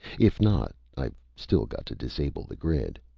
if not, i've still got to disable the grid.